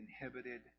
Inhibited